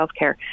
healthcare